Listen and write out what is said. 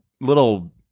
little